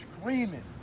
screaming